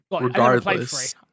regardless